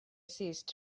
ceased